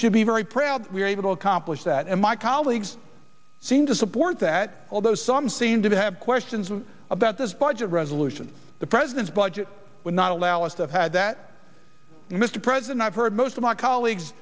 should be very proud that we are able to accomplish that and my colleagues seem to support that although some seem to have questions about this budget resolution the president's budget will not allow us to have had that mr president i've heard most of my colleagues